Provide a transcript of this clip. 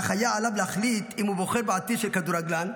אך היה עליו להחליט אם הוא בוחר בעתיד של כדורגלן,